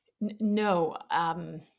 No